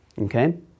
Okay